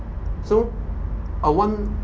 so a one